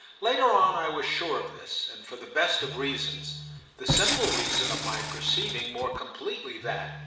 later on i was sure of this, and for the best of reasons the simple reason of my perceiving more completely that,